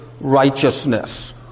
righteousness